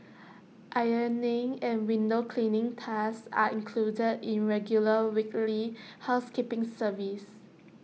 ironing and window cleaning tasks are included in regular weekly housekeeping service